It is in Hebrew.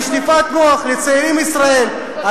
של שטיפת מוח לצעירים מישראל,